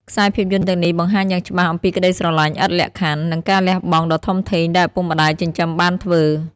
ខ្សែភាពយន្តទាំងនេះបង្ហាញយ៉ាងច្បាស់អំពីក្ដីស្រឡាញ់ឥតលក្ខខណ្ឌ និងការលះបង់ដ៏ធំធេងដែលឪពុកម្ដាយចិញ្ចឹមបានធ្វើ។